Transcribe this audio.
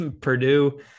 Purdue